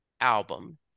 album